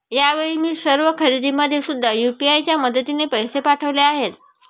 यावेळी मी सर्व खरेदीमध्ये सुद्धा यू.पी.आय च्या मदतीने पैसे पाठवले आहेत